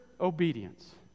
obedience